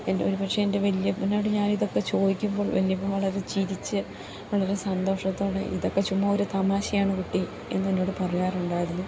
എൻ്റെ ഒരുപക്ഷെ എൻ്റെ വല്യപ്പനോട് ഞാൻ ഇതൊക്കെ ചോദിക്കുമ്പോൾ വല്യപ്പൻ വളരെ ചിരിച്ച് വളരെ സന്തോഷത്തോടെ ഇതൊക്കെ ചുമ്മാ ഒരു തമാശയാണ് കുട്ടി എന്നെന്നോട് പറയാറുണ്ടായിരുന്നു